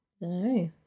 No